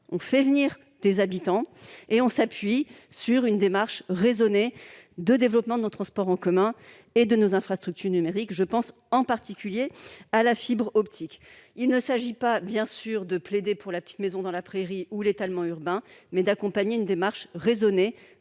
faire venir des habitants et s'appuyer sur une démarche raisonnée de développement de nos transports en commun et de nos infrastructures numériques. Je pense évidemment en particulier à la fibre optique. Il ne s'agit pas, bien sûr, de plaider pour « la petite maison dans la prairie » ou l'étalement urbain, mais d'accompagner une démarche raisonnée